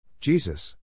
Jesus